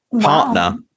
partner